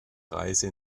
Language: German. reise